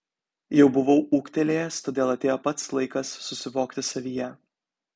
jau buvau ūgtelėjęs todėl atėjo pats laikas susivokti savyje